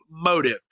motive